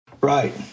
Right